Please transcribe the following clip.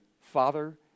father